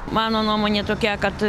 mano nuomonė tokia kad